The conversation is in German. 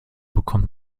bekommt